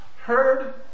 heard